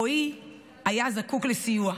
רועי היה זקוק לסיוע,